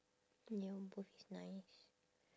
ya both is nice